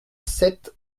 sept